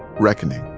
reckoning.